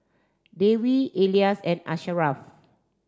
Devi Elyas and Asharaff